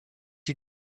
you